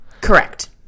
Correct